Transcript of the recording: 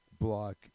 block